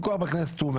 על מה נטושה המערכה?